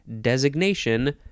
designation